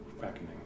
reckoning